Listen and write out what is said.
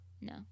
No